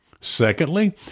Secondly